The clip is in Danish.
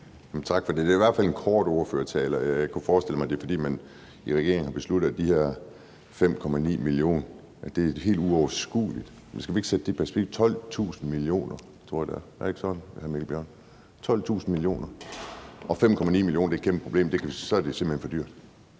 Tak for det. Det var en kort ordførertale, og jeg kunne forestille mig, at det er, fordi man i regeringen har besluttet, at de her 5,9 mio. kr. er et helt uoverskueligt beløb. Men skal vi ikke sætte det i perspektiv til 1.200 mia. kr. – er det ikke sådan, hr. Mikkel Bjørn, 1.200 mia. kr.? Men 5,9 mio. kr. er et kæmpeproblem – så er det simpelt hen for dyrt.